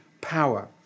power